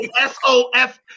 S-O-F